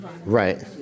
Right